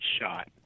shot